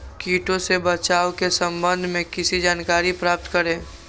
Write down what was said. किटो से बचाव के सम्वन्ध में किसी जानकारी प्राप्त करें?